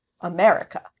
America